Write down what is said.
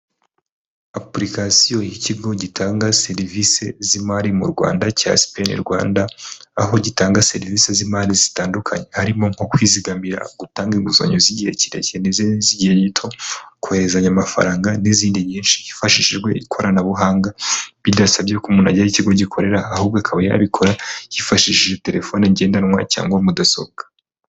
Apurikasiyo y'ikigo gitanga serivisi z'imari mu Rwanda cya Sipeni Rwanda, aho gitanga serivisi z'imari zitandukanye, harimo nko kwizigamira, gutanga inguzanyo z'igihe kirekire n'izindi z'igihe gito, kohererezanya amafaranga n'izindi nyinshi hifashishijwe ikoranabuhanga, bidasabye ko umuntu ajya aho ikigo gikorera, ahubwo akaba yabikora yifashishije terefone ngendanwa cyangwa mudasobwa.